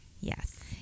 Yes